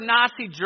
Nazi